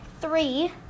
Three